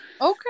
Okay